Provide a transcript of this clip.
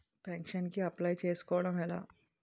Pension కి apply చేసుకోవడం ఎలా?